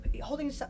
holding